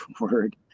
word